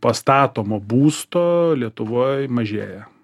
pastatomo būsto lietuvoj mažėja